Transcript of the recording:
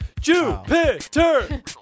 Jupiter